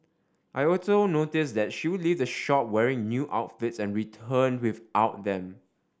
I also noticed that she would leave the shop wearing new outfits and returned without them